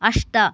अष्ट